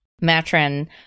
Matron